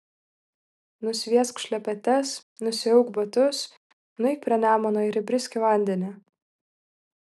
nusviesk šlepetes nusiauk batus nueik prie nemuno ir įbrisk į vandenį